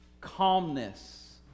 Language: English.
calmness